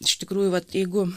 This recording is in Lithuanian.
iš tikrųjų vat jeigu